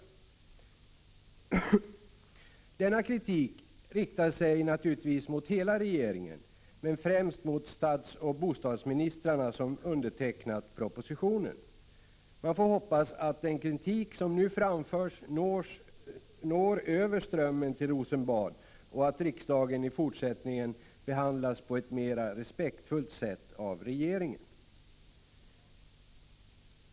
Denna kritik riktar sig naturligtvis mot hela regeringen, men främst mot statsoch bostadsministrarna som undertecknat propositionen. Man får hoppas att den kritik som nu framförs når över Strömmen till Rosenbad och att riksdagen i fortsättningen behandlas på ett mera respektfullt sätt av regeringen.